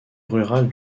rurale